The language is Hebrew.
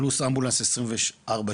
פלוס אמבולנס 24/7,